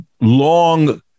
long